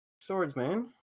Swordsman